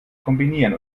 kombinieren